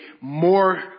more